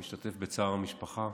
אני משתתף בצער המשפחה.